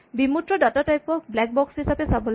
বিমূৰ্ত data type ক black box হিচাপে চাব লাগে